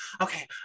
okay